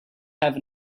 have